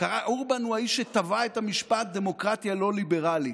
אורבן הוא האיש שטבע את המשפט "דמוקרטיה לא ליברלית".